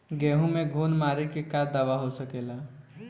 गेहूँ में घुन मारे के का दवा हो सकेला?